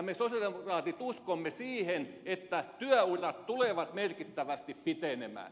me sosialidemokraatit uskomme siihen että työurat tulevat merkittävästi pitenemään